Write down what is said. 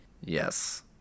Yes